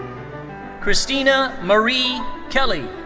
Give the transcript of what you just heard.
christina marie kelley.